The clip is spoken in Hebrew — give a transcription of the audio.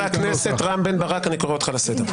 חבר הכנסת רם בן ברק, אני קורא אותך לסדר.